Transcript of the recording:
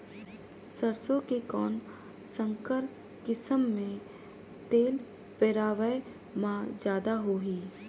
सरसो के कौन संकर किसम मे तेल पेरावाय म जादा होही?